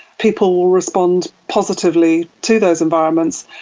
people will respond positively to those environments.